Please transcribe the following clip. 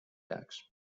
jääks